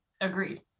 Agreed